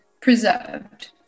preserved